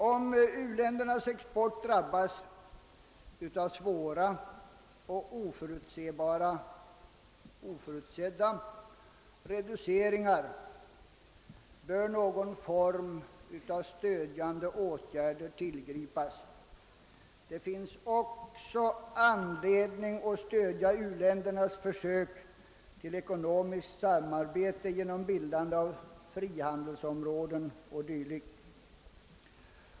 Om u-ländernas export drabbas av svåra och oförutsedda reduceringar bör någon form av stödjande åtgärder tillgripas. Det finns också anledning att stödja u-ländernas försök till ekonomiskt samarbete genom bildandet av frihandelsområden 0. d.